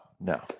No